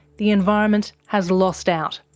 the environment has lost out,